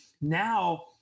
Now